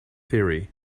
theory